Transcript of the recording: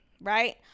right